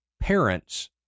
parents